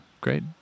great